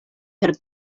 per